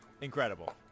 Incredible